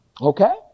Okay